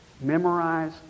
memorize